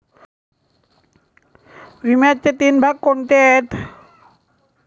विम्याचे तीन भाग कोणते आहेत?